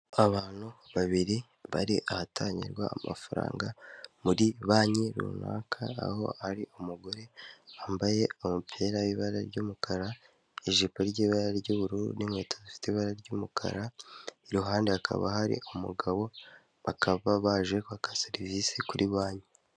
Abantu babiri bari ahatangirwa amafaranga muri banki runaka, aho ari umugore wambaye umupira w'ibara ry'umukara, ijipo y'ibara ry'ubururu, n'inkweto zifite ibara ry'umukara. Iruhande hakaba hari umugabo, bakaba baje kwaka serivisi kuri banki.